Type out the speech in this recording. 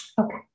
Okay